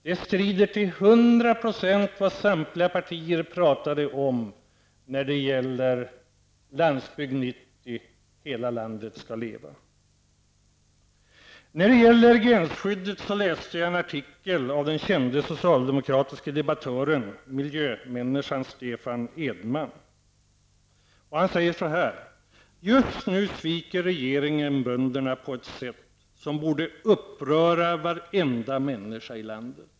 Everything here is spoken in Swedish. Det strider till hundra procent mot vad samtliga partier pratade om när det gällde Landsbygd 90, Hela landet skall leva. Jag läste en artikel av den kände socialdemokratiske debattören och miljömänniskan Stefan Edman om gränsskyddet. Han sade där: Just nu sviker regeringen bönderna på ett sätt som borde uppröra varenda människa i landet.